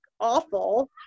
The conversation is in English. awful